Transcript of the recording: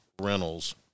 rentals